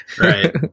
right